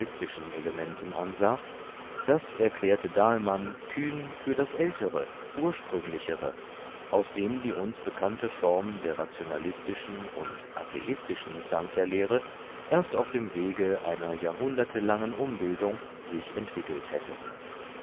elementen ansah das erklärte dahlmann kühn für das ältere ursprünglichere aus dem die uns bekannte form der rationalistischen und atheistischen snkhya lehre erst auf dem wege einer jahrhunderte langen umbildung sich entwickelt hätte